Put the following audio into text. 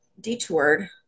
detoured